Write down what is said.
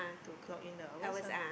to clock in the hours ah